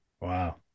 wow